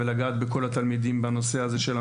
ולגעת בכל התלמידים בנושא הזה של המניעה.